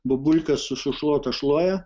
bobulka su šluota šluoja